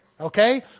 Okay